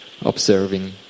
observing